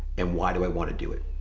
and why do i wanna do it?